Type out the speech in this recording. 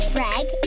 Greg